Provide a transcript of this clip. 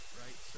right